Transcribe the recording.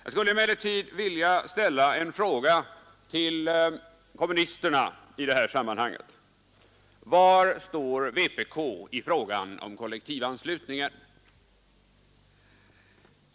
Jag skulle emellertid vilja ställa en fråga till kommunisterna i det här sammanhanget: Var står vpk i frågan om kollektivanslutningen?